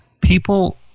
People